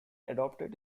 adopted